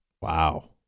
Wow